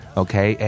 okay